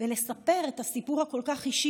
בסרטוני הכנסת,